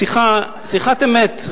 זו שיחת אמת.